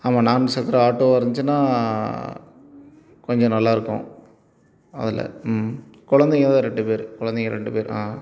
ஆமாம் நான்கு சக்கர ஆட்டோவாக இருந்துச்சுன்னா கொஞ்சம் நல்லாயிருக்கும் அதில் ம் கொழந்தைங்க தான் ரெண்டு பேர் கொழந்தைங்க ரெண்டு பேர் ஆ